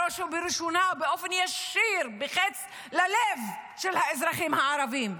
בראש ובראשונה באופן ישיר בחץ ללב של האזרחים הערבים,